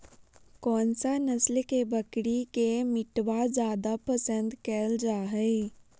कौन सा नस्ल के बकरी के मीटबा जादे पसंद कइल जा हइ?